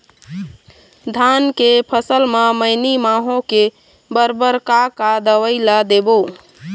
धान के फसल म मैनी माहो के बर बर का का दवई ला देबो?